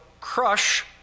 crush